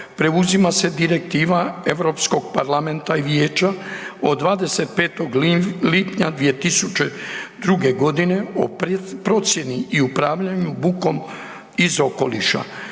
preuzima se Direktiva EU parlamenta i Vijeća od 25. lipnja 2002. godine o procjeni i upravljanju bukom iz okoliša